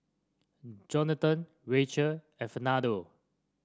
Johnathan Racheal and Fernando